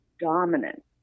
dominant